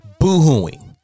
Boohooing